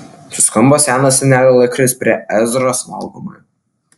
suskambo senas senelio laikrodis prie ezros valgomojo